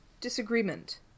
disagreement